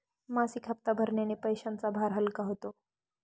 मासिक हप्ता भरण्याने पैशांचा भार हलका होतो